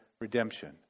redemption